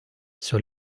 see